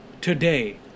today